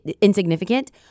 insignificant